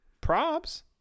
props